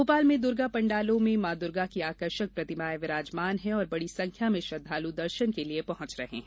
भोपाल में दुर्गा पाण्डालों में मां दुर्गा की आकर्षक प्रतिमाएं विराजमान हैं और बड़ी संख्या में श्रद्वालु दर्शन के लिए पहॅच रहे हैं